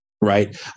right